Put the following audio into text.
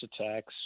attacks